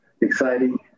exciting